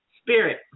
spirit